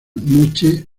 moche